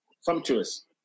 sumptuous